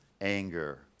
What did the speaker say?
anger